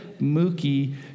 Mookie